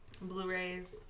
Blu-rays